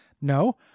No